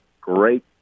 great